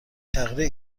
تغییر